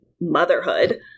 motherhood